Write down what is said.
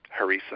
harissa